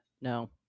No